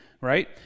right